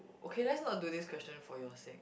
okay let's not do this question for your sake